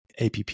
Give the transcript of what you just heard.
APP